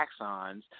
axons